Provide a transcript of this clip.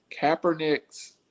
kaepernick's